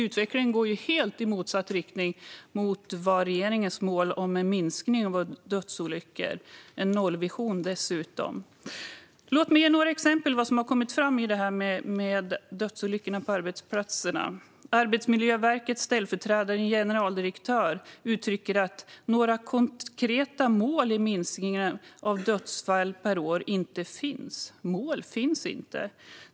Utvecklingen går i helt motsatt riktning mot regeringens mål om en minskning av antalet dödsolyckor - man har dessutom en nollvision. Jag vill ge några exempel som har kommit fram när det gäller dödsolyckor på arbetsplatser. Arbetsmiljöverkets ställföreträdande generaldirektör uttrycker att det inte finns några konkreta mål i fråga om minskning av dödsfall per år. Mål finns inte.